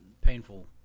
painful